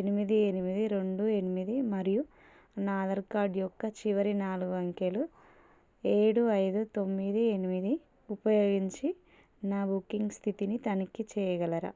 ఎనిమిది ఎనిమిది రెండు ఎనిమిది మరియు నా ఆధార్ కార్డ్ యొక్క చివరి నాలుగు అంకెలు ఏడు ఐదు తొమ్మిది ఎనిమిది ఉపయోగించి నా బుకింగ్ స్థితిని తనిఖీ చేయగలరా